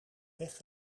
weg